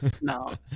No